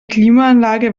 klimaanlage